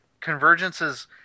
Convergence's